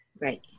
Right